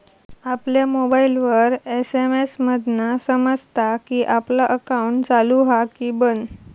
आपल्या मोबाईलवर एस.एम.एस मधना समजता कि आपला अकाउंट चालू हा कि बंद